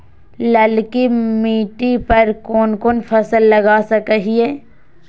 ललकी मिट्टी पर कोन कोन फसल लगा सकय हियय?